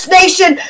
nation